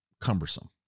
cumbersome